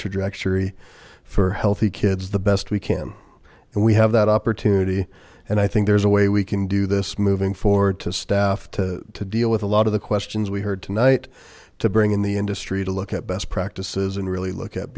trajectory for healthy kids the best we can and we have that opportunity and i think there's a way we can do this moving forward to staff to deal with a lot of the questions we heard tonight to bring in the industry to look at best practices and really look at